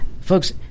Folks